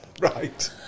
right